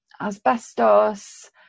asbestos